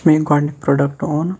یُس مےٚ یہِ گۄڈٕنیُک پروڈکٹ اوٚن